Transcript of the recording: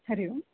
Hari Om